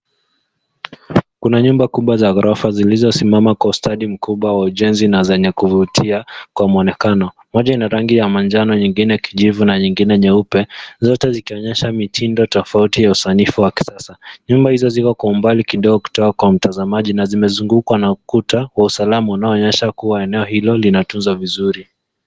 Kuna nyumba kubwa za gorofa zilizo simama kwa ustadi mkubwa wa ujensi na zenye kuvutia kwa mwonekano. Moja inarangi ya manjano, nyingine kijivu na nyingine nyeupe zote zikionyesha mitindo tofauti za kisanifu hasa . Nyumba hizi ziko kwa mbali kidogo kutoka kwa mtazamaji na zimezungukwa na ukuta wa usalama unao onyesha kuwa eneo hilo linatunzwa vizuri.